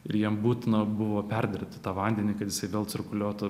ir jiem būtina buvo perdirbti tą vandenį kad jisai vėl cirkuliuotų